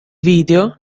video